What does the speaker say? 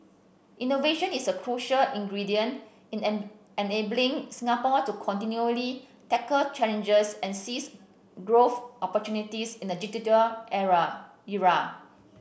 innovation is a crucial ingredient in enabling Singapore to continually tackle challenges and seize growth opportunities in a digital era